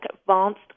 advanced